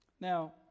Now